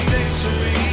victory